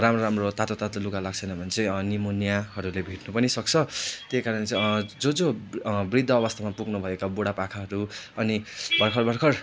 राम्रो राम्रो तातो तातो लुगा लगाएको छैन भने चै निमुन्याहरूले भेट्नु पनि सक्छ त्यही कारणले जो जो बृद्ध अवस्थामा पुग्नु भएका बुढा पाखाहरू अनि भर्खर भर्खर